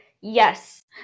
yes